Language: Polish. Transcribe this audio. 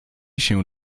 się